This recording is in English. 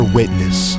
witness